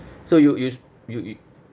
so you yous you you